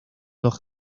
dos